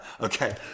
okay